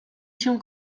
cię